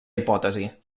hipòtesi